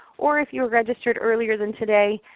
or if you registered earlier than today,